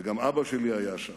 וגם אבא שלי היה שם,